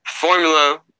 formula